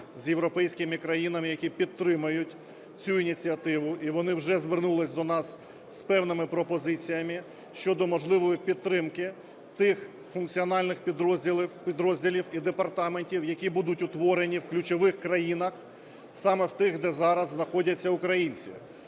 з європейськими країнами, які підтримують цю ініціативу. І вони вже звернулись до нас з певними пропозиціями щодо можливої підтримки тих функціональних підрозділів і департаментів, які будуть утворені в ключових країнах, саме в тих, де зараз знаходяться українці.